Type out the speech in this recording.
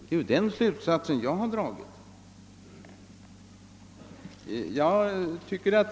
Det är den slutsats jag för min del dragit.